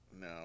No